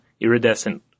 iridescent